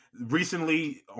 recently